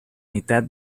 mitad